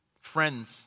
friends